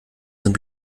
sind